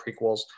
prequels